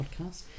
podcast